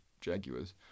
jaguars